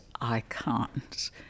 icons